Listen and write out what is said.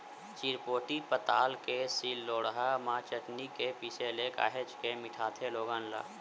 चिरपोटी पताल के सील लोड़हा म चटनी के पिसे ले काहेच के मिठाथे लोगन ला